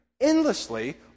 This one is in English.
endlessly